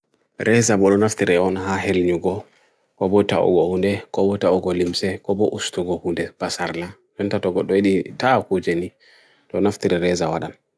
Reza bolo nafti reon ha hel nyu ko, ko bota uga hunde, ko bota uga limse, ko bo ustu ko hunde basarla. Fentato ko doedi ta akujeni do nafti reza wadan.